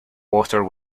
water